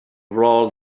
rolled